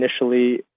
initially